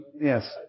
Yes